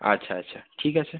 আচ্ছা আচ্ছা ঠিক আছে